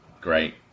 Great